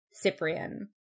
Cyprian